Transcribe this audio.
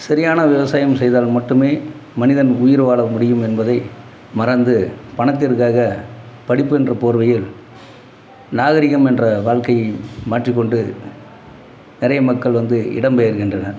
சரியான விவசாயம் செய்தால் மட்டுமே மனிதன் உயிர் வாழ முடியும் என்பதை மறந்து பணத்திற்க்காக படிப்பு என்ற போர்வையில் நாகரீகம் என்ற வாழ்க்கையை மாற்றி கொண்டு நிறைய மக்கள் வந்து இடம் பெயர்கின்றனர்